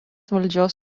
valdžios